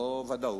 לא ודאות,